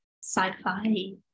sci-fi